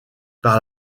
par